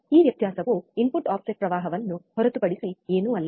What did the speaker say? ಈ ವ್ಯತ್ಯಾಸವು input offset ಪ್ರವಾಹವನ್ನು ಹೊರತುಪಡಿಸಿ ಏನೂ ಅಲ್ಲ